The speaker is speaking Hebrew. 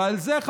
ועל זה,